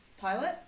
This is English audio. pilot